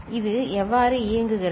எனவே இது எவ்வாறு இயங்குகிறது